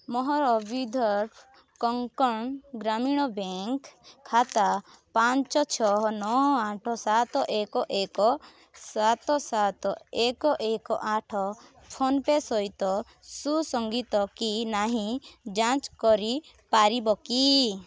ମୋହର ବିଦର୍ଭ କଙ୍କଣ ଗ୍ରାମୀଣ ବ୍ୟାଙ୍କ ଖାତା ପାଞ୍ଚ ଛଅ ନଅ ଆଠ ସାତ ଏକ ଏକ ସାତ ସାତ ଏକ ଏକ ଆଠ ଫୋନ୍ ପେ ସହିତ ସୁସଂଗୀତ କି ନାହିଁ ଯାଞ୍ଚ କରିପାରିବ କି